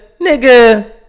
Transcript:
Nigga